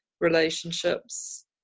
relationships